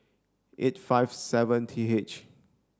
eight five seven T H